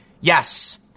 Yes